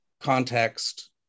context